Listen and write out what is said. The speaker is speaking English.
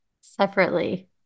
separately